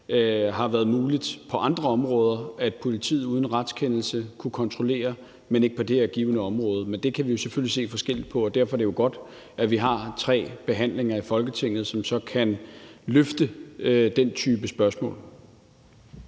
har været muligt på andre områder, at politiet uden retskendelse kunne kontrollere, men af uforklarlige årsager ikke på det her område. Det kan vi selvfølgelig se forskelligt på, og derfor er det jo godt, at vi har tre behandlinger i Folketinget, som så kan besvare den type spørgsmål.